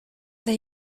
they